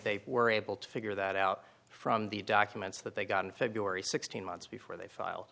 they were able to figure that out from the documents that they got in february sixteen months before they file